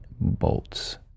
bolts